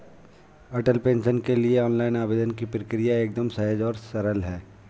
अटल pension के लिए online आवेदन की प्रक्रिया एकदम सहज और सरल है